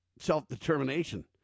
self-determination